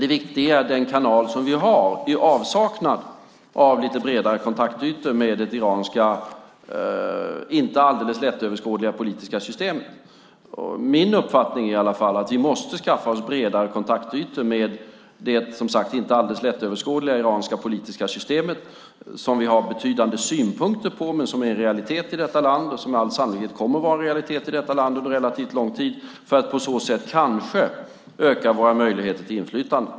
Det viktiga är att det är den kanal som vi har, i avsaknad av lite bredare kontaktytor med det iranska inte alldeles lättöverskådliga politiska systemet. Min uppfattning är att vi måste skaffa oss bredare kontaktytor med det som sagt inte alldeles lättöverskådliga iranska politiska systemet, som vi har betydande synpunkter på men som är en realitet i detta land. Det kommer med all sannolikhet att vara en realitet i detta land under relativt lång tid. På så sätt kan vi kanske öka våra möjligheter till inflytande.